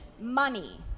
money